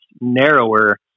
narrower